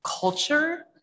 culture